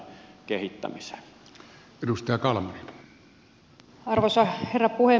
arvoisa herra puhemies